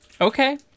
okay